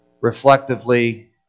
reflectively